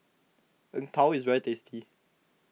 Png Tao is very tasty